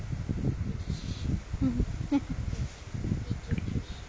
mmhmm